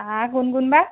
আহ কোন কোনবা